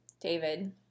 David